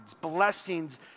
blessings